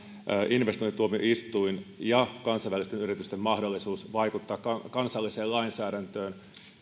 investointituomioistuin ja kansainvälisten yritysten mahdollisuus vaikuttaa kansalliseen lainsäädäntöön näettekö